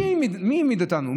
מי העמיד אותנו?